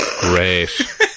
Great